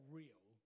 real